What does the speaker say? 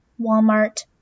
Walmart